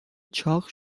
چاق